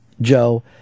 Joe